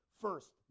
First